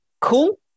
cool